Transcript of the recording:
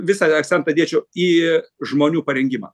visą akcentą dėčiau į žmonių parengimą